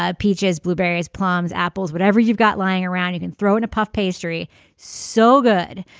ah peaches blueberries plums apples whatever you've got lying around you can throw in a puff pastry so good.